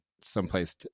someplace